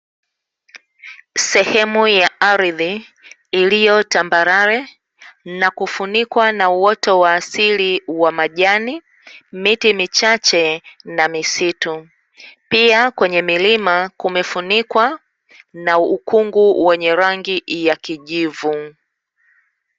Sehemu ya ardhi iliyo tambalale na kufunikwa na uoto wa asili wa majani, miti michache na misitu, pia kwenye milima kumefunikwa na ukungu wenye rangi ya kijivu.